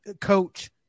coach